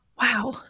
Wow